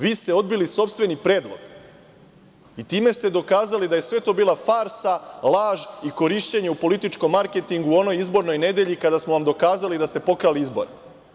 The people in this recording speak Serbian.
Vi ste odbili sopstveni predlog i time ste dokazali da je sve to bila farsa, laž i korišćenje u političkom marketingu, u onoj izbornoj nedelji kada smo vam dokazali da ste pokrali izbore.